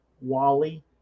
Wally